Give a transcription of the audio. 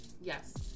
yes